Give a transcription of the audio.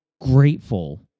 grateful